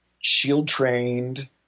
shield-trained